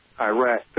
Iraq